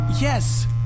Yes